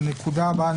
הנקודה הבאה,